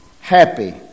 happy